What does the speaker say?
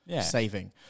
saving